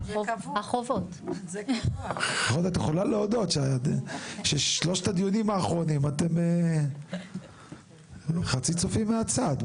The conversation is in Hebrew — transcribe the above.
את יכולה להודות שבשלושת הדיונים האחרונים אתם חצי צופים מהצד,